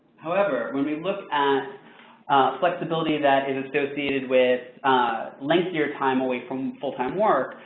however, when we look at flexibility that is associated with lengthier time away from full-time work,